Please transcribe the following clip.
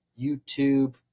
YouTube